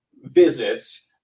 visits